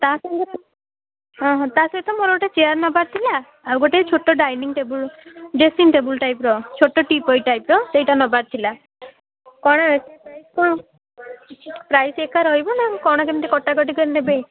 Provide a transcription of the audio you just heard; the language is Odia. ତା' ସାଙ୍ଗରେ ହଁ ହଁ ତା'ସହିତ ମୋର ଗୋଟେ ଚେୟାର୍ ନେବାର ଥିଲା ଆଉ ଗୋଟେ ଛୋଟ ଡାଇନିଂ ଟେବଲ୍ ଡ୍ରେସିଂ ଟେବୁଲ୍ ଟାଇପ୍ର ଛୋଟ ଟି ପଏ ଟାଇପ୍ର ସେଇଟା ନବାର ଥିଲା କ'ଣ ପ୍ରାଇସ୍ ଏକା ରହିବ ନା କ'ଣ କେମିତି କଟା କଟି କରି ନେବେ